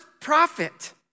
prophet